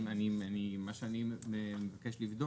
מה שאני מבקש לבדוק,